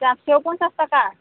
जाबसेयाव फन्सास थाखा